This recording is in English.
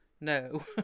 no